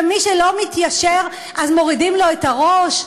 ומי שלא מתיישר אז מורידים לו את הראש,